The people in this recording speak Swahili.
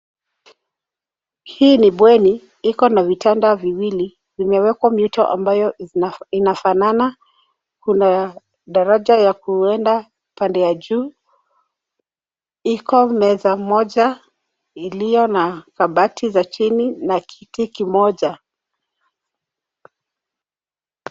Hii ni bweni. Iko na vitanda viwili vimewekwa mito ambayo inafanana. Kuna daraja ya kuenda pande ya juu. Iko meza moja iliyo na kabati za chini na kiti kimoja.